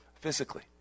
physically